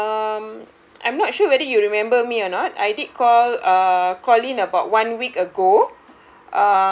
um I'm not sure whether you remember me or not I did call uh called in about one week ago